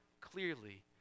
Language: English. clearly